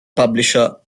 publisher